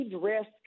risk